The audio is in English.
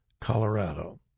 Colorado